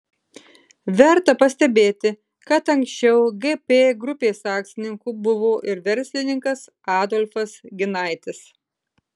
verta pastebėti kad anksčiau gp grupės akcininku buvo ir verslininkas adolfas ginaitis